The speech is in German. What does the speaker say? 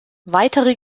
weitere